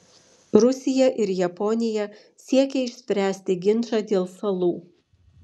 rusija ir japonija siekia išspręsti ginčą dėl salų